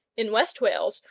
in west wales,